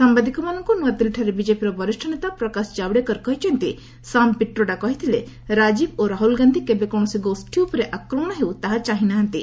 ସାମ୍ବାଦିକମାନଙ୍କୁ ନୂଆଦିଲ୍ଲୀଠାରେ ବିଜେପିର ବରିଷ୍ଣ ନେତା ପ୍ରକାଶ ଜାଓ୍ପଡେକର କହିଛନ୍ତି ଯେ ସାମ ପିଟ୍ରୋଡା କହିଥିଲେ ରାଜୀବ ଏବଂ ରାହୁଲ ଗାନ୍ଧି କେବେ କୌଣସି ଗୋଷୀ ଉପରେ ଆକ୍ରମଣ ହେଉ ତାହା ଚାହିଁ ନାହାନ୍ତି